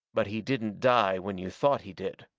but he didn't die when you thought he did.